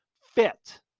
fit